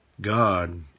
God